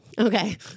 Okay